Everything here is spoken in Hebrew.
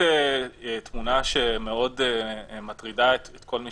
בהחלט תמונה שמאוד מטרידה את כל מי